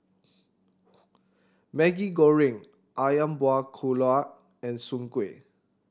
Maggi Goreng Ayam Buah Keluak and Soon Kuih